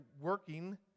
working